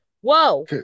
Whoa